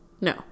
No